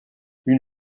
une